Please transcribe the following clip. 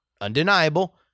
undeniable